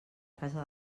casa